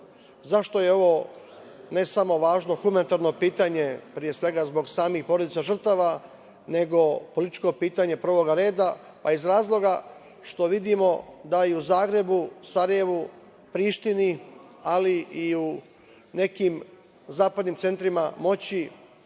je ovo, ne samo važno humanitarno pitanje, pre svega zbog samih porodica žrtava, nego političko pitanje prvog reda? Iz razloga što vidimo da i u Zagrebu, Sarajevu, Prištini, ali i u nekim zapadnim centrima i